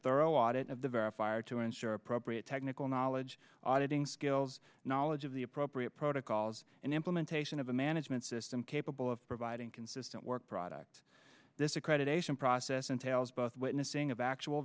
thorough audit of the verifier to ensure appropriate technical knowledge auditing skills knowledge of the appropriate protocols and implementation of the management system capable of providing consistent work product this accreditation process entails both witnessing of actual